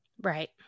right